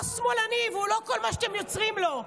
שמאלני והוא לא כל מה שאתם יוצרים ממנו.